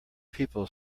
people